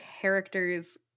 characters